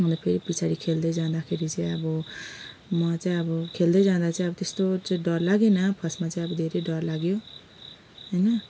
मलाई फेरि पछाडी खेल्दै जाँदाखेरि चाहिँ अब म चाहिँ अब खेल्दै जाँदा चाहिँ अब त्यस्तो चाहिँ डर लागेन तर फर्स्टमा चाहिँ धेरै डर लाग्यो होइन